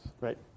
Right